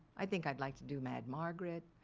i think i'd like to do mad margaret.